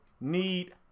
need